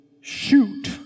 shoot